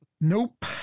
Nope